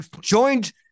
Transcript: joined